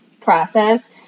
process